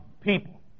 people